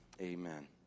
amen